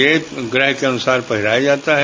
यह ग्रह के अनुसार पहनाया जाता है